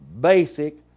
basic